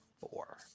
Four